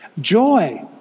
Joy